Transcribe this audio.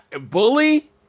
Bully